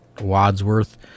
Wadsworth